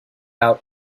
out